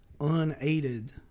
unaided